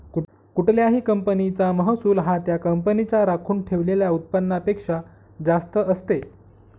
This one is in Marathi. कुठल्याही कंपनीचा महसूल हा त्या कंपनीच्या राखून ठेवलेल्या उत्पन्नापेक्षा जास्त असते